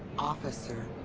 officer,